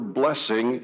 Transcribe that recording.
blessing